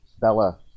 Bella